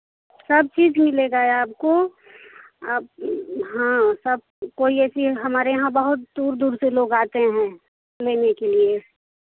सब चीज़ मिलेगा आपको आप हाँ सब कोई ऐसी हमारे यहाँ बहुत दूर दूर से लोग आते हैं लेने के लिए